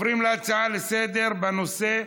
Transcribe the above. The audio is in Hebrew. נעבור להצעות לסדר-היום בנושא: